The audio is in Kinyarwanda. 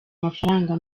amafaranga